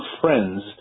friends